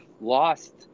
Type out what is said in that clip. lost